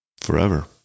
Forever